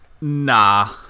Nah